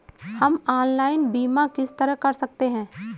हम ऑनलाइन बीमा किस तरह कर सकते हैं?